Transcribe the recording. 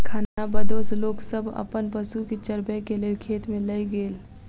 खानाबदोश लोक सब अपन पशु के चरबै के लेल खेत में लय गेल